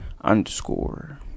underscore